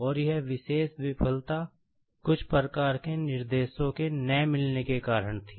और यह विशेष विफलता कुछ प्रकार के निर्देशों के न मिलने होने के कारण थी